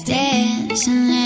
dancing